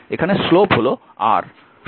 এখানে স্লোপ হল R